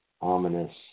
ominous